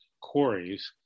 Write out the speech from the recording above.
quarries